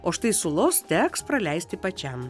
o štai sulos teks praleisti pačiam